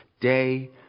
day